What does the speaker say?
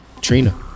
Trina